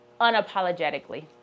unapologetically